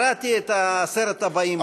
קראתי את עשרת הבאים בתור.